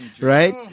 Right